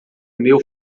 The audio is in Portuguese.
meu